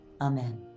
Amen